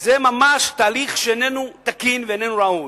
זה תהליך שאיננו תקין ואיננו ראוי.